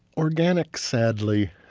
organic, sadly,